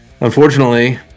unfortunately